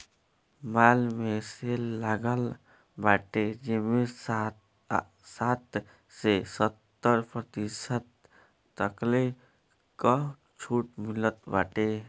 माल में सेल लागल बाटे जेमें साठ से सत्तर प्रतिशत तकले कअ छुट मिलत बाटे